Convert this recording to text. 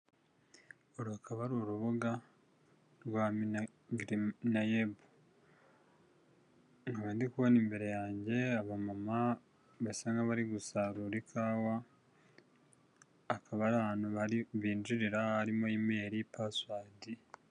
Uru akaba ari urubuga rwa NAEB nkaba ndi kubona imbere yanjye abamama basa nk'abari gusarura ikawa akaba ari binjirira harimo email, passwold.